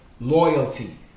loyalty